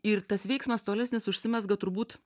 ir tas veiksmas tolesnis užsimezga turbūt